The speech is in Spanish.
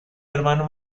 hermano